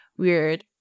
weird